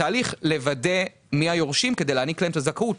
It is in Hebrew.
בתהליך לוודא מי היורשים כדי להעניק להם את הזכאות,